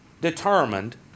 determined